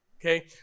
okay